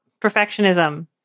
perfectionism